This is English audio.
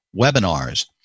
webinars